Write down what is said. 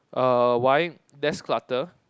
err why desk clutter